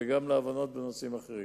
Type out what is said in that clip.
וגם להבנות בנושאים אחרים.